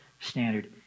standard